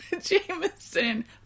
Jameson